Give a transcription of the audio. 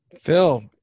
Phil